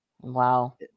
Wow